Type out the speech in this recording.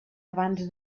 abans